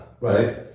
right